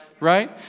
right